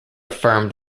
affirmed